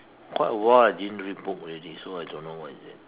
quite a while I didn't read book already so I don't know what is it